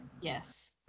yes